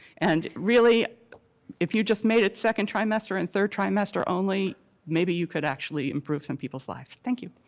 and really if you just made it second trimester and third trimester only maybe you could actually improve some people's lives. thank you.